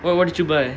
what what did you buy